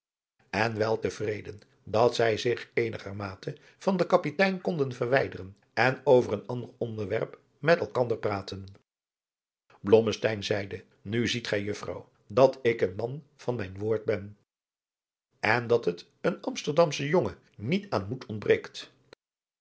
en wel te vreden dat zij zich eenigermate van den kapitein konden verwijderen en over een ander onderwerp met elkander praten blommesteyn zeide nu ziet gij juffrouw dat ik een man van mijn woord ben en dat het een amsterdamschen jongen niet aan moed ontbreekt